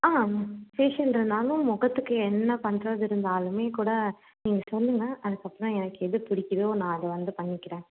ஆ facial இருந்தாலும் முகத்துக்கு என்ன பண்ணுறது இருந்தாலும் கூட நீங்கள் சொல்லுங்க அதுக்கப்புறம் எனக்கு எது பிடிக்கிதோ நான் அதை வந்து பண்ணிக்கிறேன்